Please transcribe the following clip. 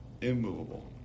immovable